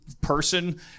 person